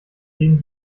gegen